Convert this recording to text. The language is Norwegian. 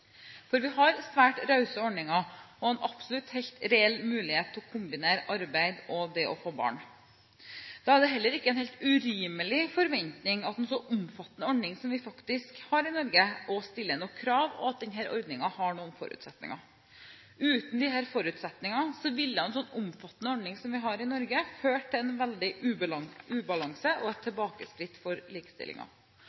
en helt reell mulighet til å kombinere arbeid og det å få barn. Det er heller ikke en helt urimelig forventning – med en så omfattende ordning som vi faktisk har i Norge – å stille noen krav og at denne ordningen har noen forutsetninger. Uten disse forutsetningene ville en sånn omfattende ordning som vi har i Norge, ført til en veldig ubalanse og et